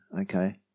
okay